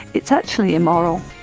it's actually immoral.